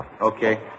Okay